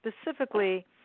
specifically